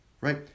right